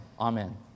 amen